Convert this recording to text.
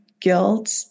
guilt